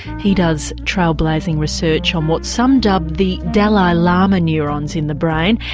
he does trailblazing research on what some dub the dalai lama neurons in the brain,